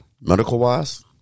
Medical-wise